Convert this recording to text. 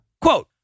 Quote